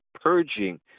purging